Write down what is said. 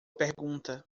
pergunta